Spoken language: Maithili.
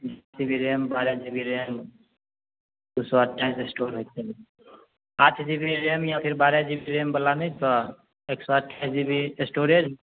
छओ जी बी रेम बारह जी बी रैम आठ जी बी रैम या फेर बारह जी बी रैम बला नहि छो एक सए अठाइस जी बी स्टोरेज